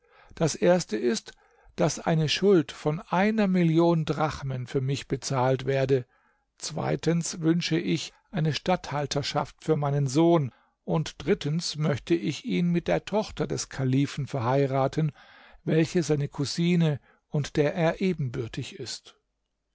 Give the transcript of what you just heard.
das erste ist daß eine schuld von einer million drachmen für mich bezahlt werde zweitens wünsche ich eine statthalterschaft für meinen sohn und drittens möchte ich ihn mit der tochter des kalifen verheiraten welche seine cousine und der er ebenbürtig ist